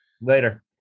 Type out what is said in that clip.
Later